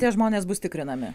tie žmonės bus tikrinami